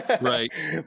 Right